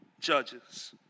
judges